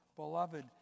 Beloved